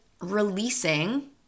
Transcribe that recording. releasing